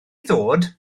ddod